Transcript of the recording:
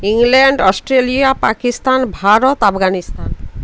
England Australia Pakistan Bharat Afghanistan